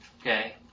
okay